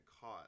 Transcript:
caught